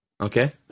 okay